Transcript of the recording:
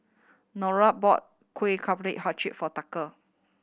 Neola bought kuih for Tucker